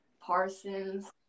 Parsons